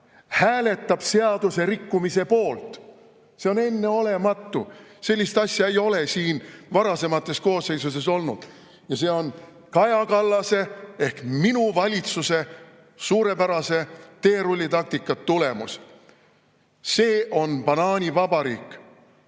hääletab seaduse rikkumise poolt. See on enneolematu! Sellist asja ei ole siin varasemate koosseisude ajal olnud. Ja see on Kaja Kallase ehk minu‑valitsuse suurepärase teerullitaktika tulemus. See on banaanivabariik